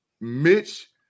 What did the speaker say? Mitch